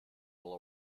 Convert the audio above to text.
will